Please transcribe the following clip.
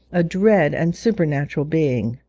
a dread and supernatural being.